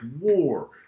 war